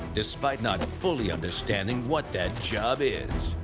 despite not fully understanding what that job is.